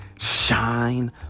shine